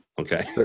Okay